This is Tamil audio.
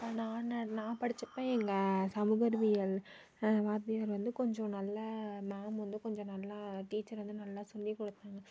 அப்போ நான் நான் படித்த அப்போ எங்க சமூக அறிவியல் வாத்தியார் வந்து கொஞ்சம் நல்ல மேம் வந்து கொஞ்சம் நல்ல டீச்சர் வந்து நல்லா சொல்லி கொடுத்தாங்க